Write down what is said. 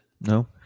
No